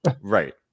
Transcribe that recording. right